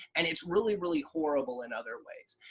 and it's really really horrible in other ways.